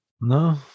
No